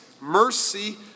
mercy